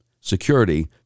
security